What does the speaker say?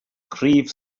cryf